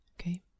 Okay